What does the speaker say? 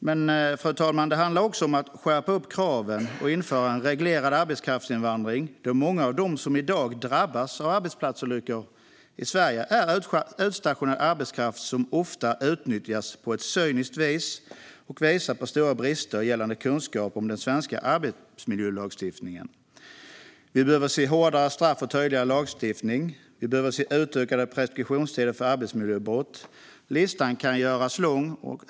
Men, fru talman, det handlar också om att skärpa kraven och införa en reglerad arbetskraftsinvandring, då många av dem som i dag drabbas av arbetsplatsolyckor i Sverige är utstationerad arbetskraft som ofta utnyttjas på ett cyniskt vis och uppvisar stora brister i kunskap om den svenska arbetsmiljölagstiftningen. Vi behöver se hårdare straff och tydligare lagstiftning. Vi behöver se utökade preskriptionstider för arbetsmiljöbrott. Listan kan göras lång.